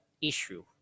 issue